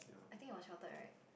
I think it was sheltered right